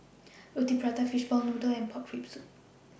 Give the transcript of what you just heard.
Roti Prata Fishball Noodle and Pork Rib Soup